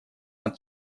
над